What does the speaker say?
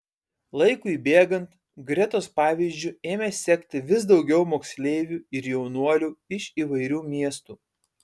laikui bėgant gretos pavyzdžiu ėmė sekti vis daugiau moksleivių ir jaunuolių iš įvairių miestų